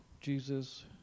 Jesus